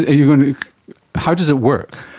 you know how does it work?